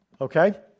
Okay